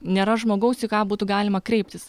nėra žmogaus į ką būtų galima kreiptis